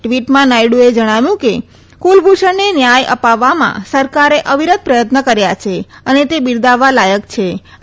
ટ વીટમાં નાયડુએ જણાવ્યું છે કે કુલભૂષણને ન્યાય અપાવવામાં સરકારે અવિરત પ્રયત્ન કર્યા છે તે બિરાદવવા લાયક છએ